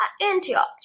Antioch